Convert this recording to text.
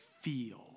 feel